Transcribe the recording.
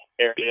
area